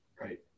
Right